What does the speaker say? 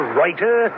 Writer